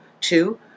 Two